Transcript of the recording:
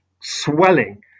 swelling